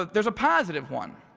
there's a positive one,